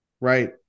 Right